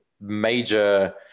major